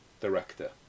Director